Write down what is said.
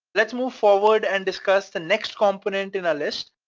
let's move forward and discuss the next component in our list,